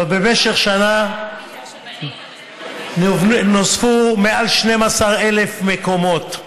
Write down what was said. אבל במשך שנה נוספו מעל 12,000 מקומות.